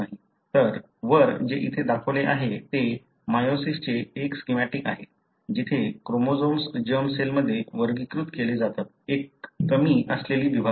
तर वर जे इथे दाखवले आहे ते मेयोसिसचे एक स्केमॅटिक आहे जिथे क्रोमोझोम्स जर्म सेलमध्ये वर्गीकृत केली जातात एक कमी असलेली विभागणी